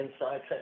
inside